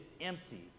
empty